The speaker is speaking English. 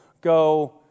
Go